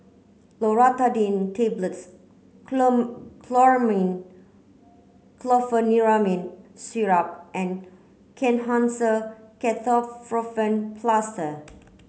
Loratadine Tablets Chlormine Chlorpheniramine Syrup and Kenhancer Ketoprofen Plaster